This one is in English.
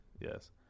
Yes